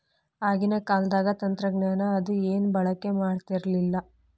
ಆಗಿನ ಕಾಲದಾಗ ತಂತ್ರಜ್ಞಾನ ಅದು ಏನು ಬಳಕೆ ಮಾಡತಿರ್ಲಿಲ್ಲಾ